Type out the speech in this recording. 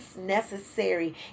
necessary